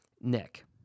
Nick